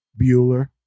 Bueller